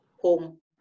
home